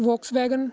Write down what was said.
Volkswagen